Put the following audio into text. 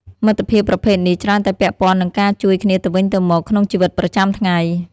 មិត្តភាពប្រភេទនេះច្រើនតែពាក់ព័ន្ធនឹងការជួយគ្នាទៅវិញទៅមកក្នុងជីវិតប្រចាំថ្ងៃ ។